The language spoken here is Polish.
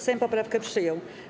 Sejm poprawkę przyjął.